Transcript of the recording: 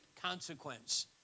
consequence